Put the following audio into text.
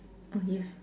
oh yes